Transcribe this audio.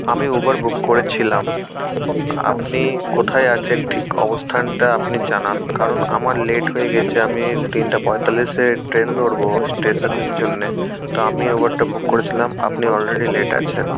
আমি Uber book করেছিলাম আপনি কোথায় আছেন ঠিক অবস্থানটা আপনি জানান কারণ আমার লেট হয়ে গেছি আমি তিনটা পঁয়তাল্লিশে ট্রেন ধরবো স্টেশনের জন্যে তো আমি উবারটা বুক করেছিলাম আপনি অলরেডি লেট আছেন